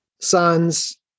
Sons